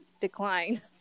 decline